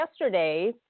Yesterday